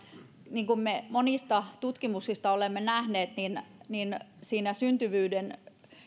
niin kuin me monista tutkimuksista olemme nähneet syntyvyyden